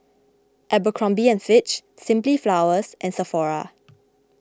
Abercrombie and Fitch Simply Flowers and Sephora